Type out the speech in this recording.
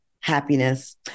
happiness